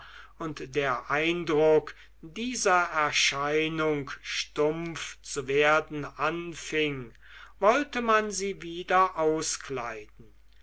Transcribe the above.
und der eindruck dieser erscheinung stumpf zu werden anfing wollte man sie wieder auskleiden